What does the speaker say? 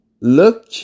look